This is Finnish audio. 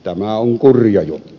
tämä on kurja juttu